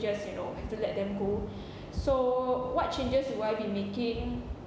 just you know have to let them go so what changes will I be making